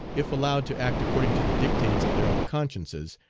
if allowed to act according to the dictates of their own consciences,